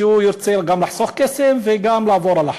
שהוא ירצה גם לחסוך כסף וגם לעבור על החוק.